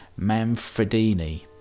Manfredini